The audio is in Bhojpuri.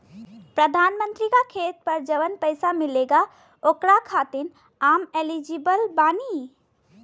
प्रधानमंत्री का खेत पर जवन पैसा मिलेगा ओकरा खातिन आम एलिजिबल बानी?